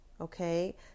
okay